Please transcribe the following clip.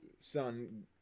son